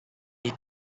you